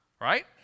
right